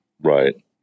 Right